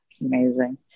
Amazing